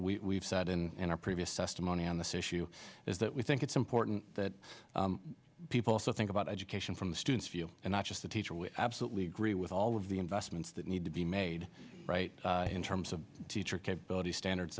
we sat in our previous testimony on this issue is that we think it's important that people also think about education from the student's view and not just a teacher with absolutely agree with all of the investments that need to be made right in terms of teacher capability standards